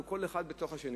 הוא כל אחד בתוך השני.